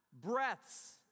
breaths